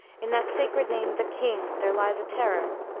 in that sacred name the king there lies a terror.